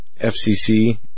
FCC